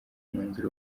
umwanzuro